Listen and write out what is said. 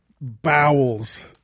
bowels